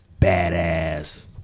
Badass